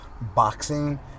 boxing